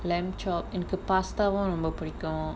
lamb chop and எனக்கு:enakku pasta வும் ரொம்ப புடிக்கும்:vum romba pudikum